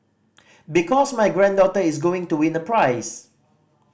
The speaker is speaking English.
because my granddaughter is going to win a prize